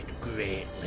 greatly